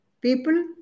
people